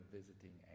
visiting